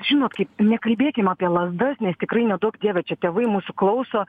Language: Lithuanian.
žinot kaip nekalbėkim apie lazdas nes tikrai neduok dieve čia tėvai mūsų klauso